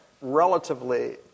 relatively